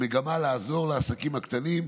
במגמה לעזור לעסקים הקטנים,